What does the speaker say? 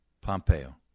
Pompeo